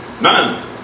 None